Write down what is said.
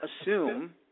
assume